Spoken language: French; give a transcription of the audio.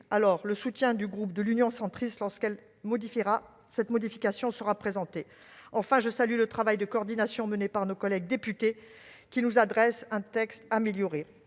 trouver le soutien du groupe de l'Union centriste lorsqu'une telle modification sera présentée. Enfin, je salue le travail de coordination mené par nos collègues députés qui nous adressent un texte amélioré.